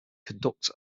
conduct